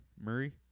Murray